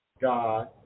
God